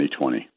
2020